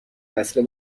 وصله